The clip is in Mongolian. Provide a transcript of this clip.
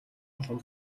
олон